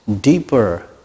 deeper